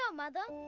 um mother.